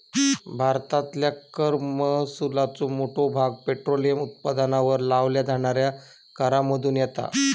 भारतातल्या कर महसुलाचो मोठो भाग पेट्रोलियम उत्पादनांवर लावल्या जाणाऱ्या करांमधुन येता